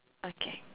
okay